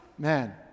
man